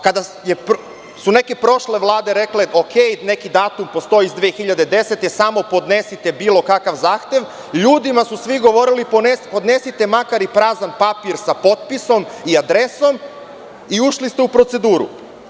Kada su neke prošle Vlade rekle – u redu, neki datum postoji iz 2010. godine, samo podnesite bilo kakav zahtev, ljudima su svi govorili podnesite makar i prazan papir sa potpisom i adresom i ušli ste u proceduru.